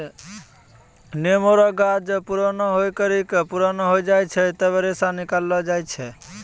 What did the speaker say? नेमो रो गाछ जब पुराणा होय करि के पुराना हो जाय छै तबै रेशा निकालो जाय छै